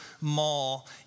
Mall